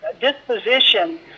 disposition